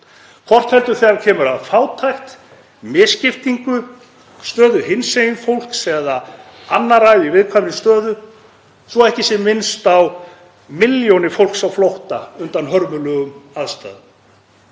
hvort heldur þegar kemur að fátækt, misskiptingu, stöðu hinsegin fólks eða annarra í viðkvæmri stöðu, svo ekki sé minnst á milljónir fólks á flótta undan hörmulegum aðstæðum.